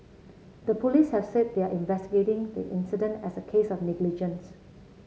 the police have said they are investigating the incident as a case of negligence